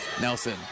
Nelson